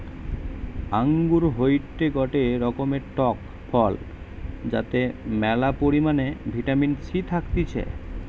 আঙ্গুর হয়টে গটে রকমের টক ফল যাতে ম্যালা পরিমাণে ভিটামিন সি থাকতিছে